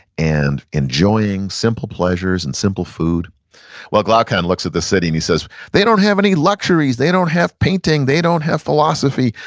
and enjoying simple pleasure and simple food while glaucon looks at the city and he says they don't have any luxuries! they don't have painting! they don't have philosophy!